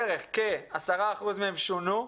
כ-10% מהם שונו,